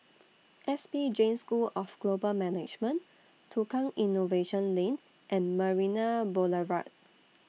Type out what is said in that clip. S P Jain School of Global Management Tukang Innovation Lane and Marina Boulevard